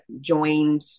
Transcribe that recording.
joined